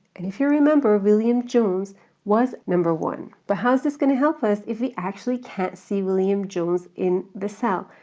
and if you remember, william jones was number one. but how is this gonna help us, if we actually can't see william jones in the cell.